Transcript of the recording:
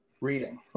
reading